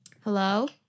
Hello